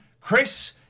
Chris